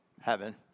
heaven